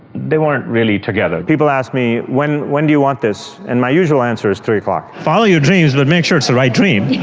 they weren't really together. people ask me when when do you want this and my usual answer is three o'clock. follow your dreams but make sure it's a the right dream.